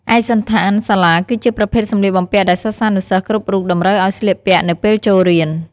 ឯកសណ្ឋានសាលាគឺជាប្រភេទសម្លៀកបំពាក់ដែលសិស្សានុសិស្សគ្រប់រូបតម្រូវឱ្យស្លៀកពាក់នៅពេលចូលរៀន។